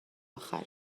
آخره